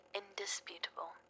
indisputable